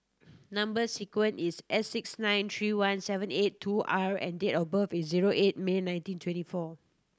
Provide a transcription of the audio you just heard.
number sequence is S six nine three one seven eight two R and date of birth is zero eight May nineteen twenty four